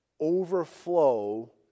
overflow